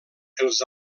els